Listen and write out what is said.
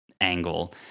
angle